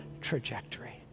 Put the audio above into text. trajectory